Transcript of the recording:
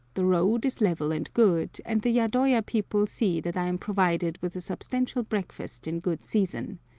the road is level and good, and the yadoya people see that i am provided with a substantial breakfast in good season.